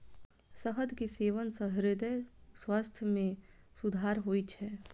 शहद के सेवन सं हृदय स्वास्थ्य मे सुधार होइ छै